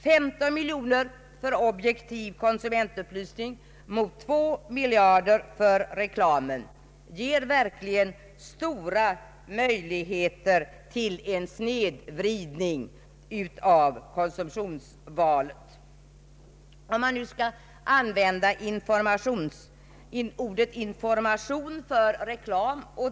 15 miljoner kronor för objektiv konsumentupplysning mot 2 miljarder kronor för reklam ger verkligen stora möjligheter till en snedvridning av informationen — för att nu använda ordet information för reklam.